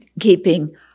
keeping